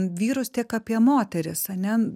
vyrus tiek apie moteris ane